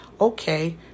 okay